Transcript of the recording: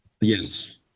Yes